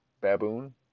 baboon